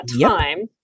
time